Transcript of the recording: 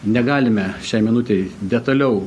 negalime šiai minutei detaliau